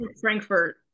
Frankfurt